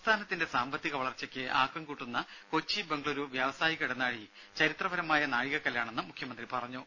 സംസ്ഥാനത്തിന്റെ സാമ്പത്തിക വളർച്ചയ്ക്ക് ആക്കം കൂട്ടുന്ന കൊച്ചി ബംഗളൂരു വ്യാവസായിക ഇടനാഴി ചരിത്രപരമായ നാഴികക്കല്ലാണെന്ന് മുഖ്യമന്ത്രി പറഞ്ഞു